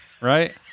right